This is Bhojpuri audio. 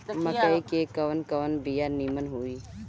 मकई के कवन कवन बिया नीमन होई?